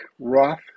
Roth